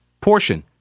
portion